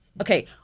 Okay